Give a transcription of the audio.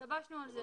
התלבשנו על זה.